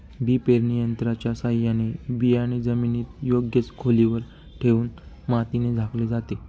बी पेरणी यंत्राच्या साहाय्याने बियाणे जमिनीत योग्य खोलीवर ठेवून मातीने झाकले जाते